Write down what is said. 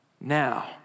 Now